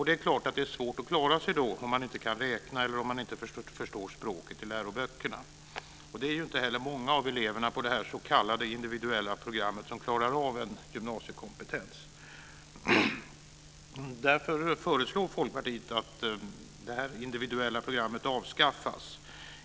Det är klart att det är svårt att klara sig om man inte kan räkna eller om man inte förstår språket i läroböckerna. Det är heller inte många av eleverna på detta s.k. individuella program som klarar av att uppnå en gymnasiekompetens. Därför föreslår Folkpartiet att det individuella programmet avskaffas.